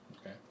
Okay